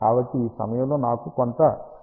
కాబట్టి ఈ సమయంలో నాకు కొంత Zin ఉంది